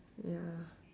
ya